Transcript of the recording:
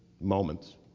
moments